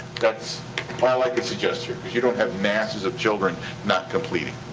that's all i could suggest here. cause you don't have masses of children not completing.